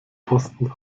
posten